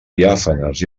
diàfanes